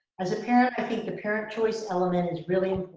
as a parent, i think the parent choice element is really